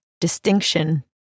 distinction